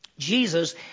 Jesus